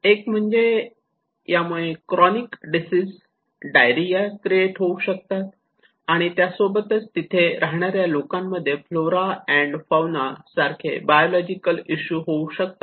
एक म्हणजे यामुळे क्रोनिक डिसिज डायरिया क्रिएट होऊ शकतात आणि त्यासोबतच तिथे राहणाऱ्या लोकांमध्ये फ्लोरा अँड फौना सारखे बायोलॉजिकल इशू होऊ शकतात